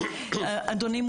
אדוני,